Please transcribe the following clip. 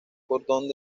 cordón